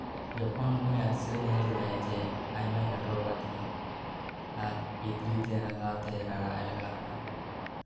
ᱡᱚᱠᱷᱚᱱ ᱩᱱᱤ ᱟᱨᱥᱤ ᱨᱮ ᱧᱮᱞ ᱠᱮᱫᱟᱭ ᱡᱮ ᱟᱭᱢᱟᱭ ᱠᱷᱟᱴᱚ ᱟᱠᱟᱫ ᱛᱤᱧᱟ ᱮᱸᱫᱽᱨᱮ ᱨᱮ ᱨᱟᱸᱜᱟᱣ ᱛᱮ ᱨᱟᱨᱟᱜ ᱞᱟᱜᱟᱣ ᱮᱱᱟᱭ